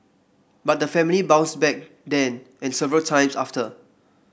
but the family bounced back then and several times after